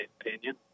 opinion